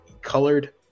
colored